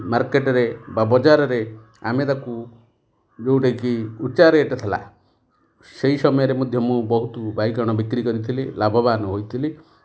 ମାର୍କେଟରେ ବା ବଜାରରେ ଆମେ ତାକୁ ଯେଉଁଟାକି ଉଚ୍ଚା ରେଟ ଥିଲା ସେଇ ସମୟରେ ମଧ୍ୟ ମୁଁ ବହୁତ ବାଇକଣ ବିକ୍ରି କରିଥିଲି ଲାଭବାନ ହୋଇଥିଲି